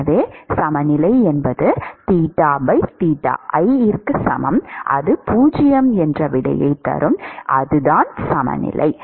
எனவே சமநிலை என்பது தீட்டா தீட்டா i சமம் 0 அதுதான் சமநிலை